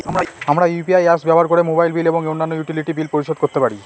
আমরা UPI apps ব্যবহার করে মোবাইল বিল এবং অন্যান্য ইউটিলিটি বিল পরিশোধ করতে পারি